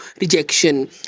rejection